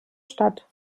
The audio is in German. stadt